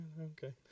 Okay